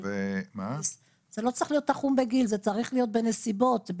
זה צריך להיות בנסיבות,